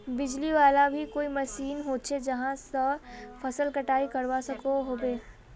बिजली वाला भी कोई मशीन होचे जहा से फसल कटाई करवा सकोहो होबे?